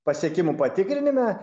pasiekimų patikrinime